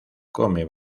come